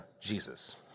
Jesus